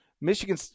Michigan